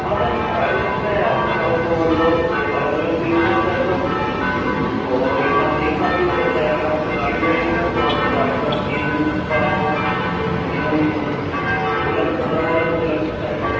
हाँ मैम घर आ भी सकते हैं आप चाहो तो मतलब वो अलग अलग भी हो सकता है सब और एक सा एक साथ भी हो सकता है अगर आप सिर्फ़ गाड़ी करेंगे मैम तो आप को गाड़ी का तीन दिन तक का बुक मिनिमम सोलह से सत्रह हज़ार रुपये लग सकता है मैम